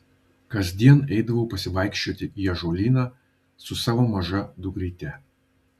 kasdien eidavau pasivaikščioti į ąžuolyną su savo maža dukryte